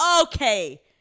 okay